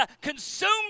consumed